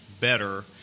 better